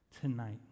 tonight